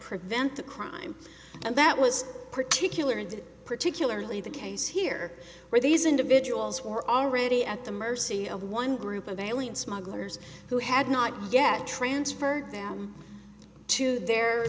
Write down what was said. prevent the crime and that was particular and particularly the case here where these individuals were already at the mercy of one group of alien smugglers who had not yet transferred them to their